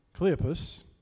Cleopas